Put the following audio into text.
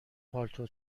پالتو